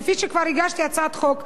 כפי שכבר הגשתי הצעת חוק,